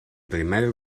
primer